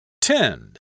Tend